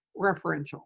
referential